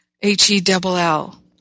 H-E-double-L